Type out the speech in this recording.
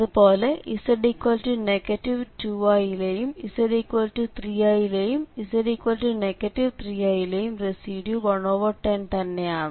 അതുപോലെ z 2i യിലെയും z3i യിലെയും z 3i യിലെയും റെസിഡ്യൂ 110 തന്നെയാണ്